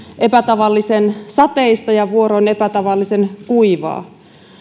epätavallisen sateista ja vuoroin epätavallisen kuivaa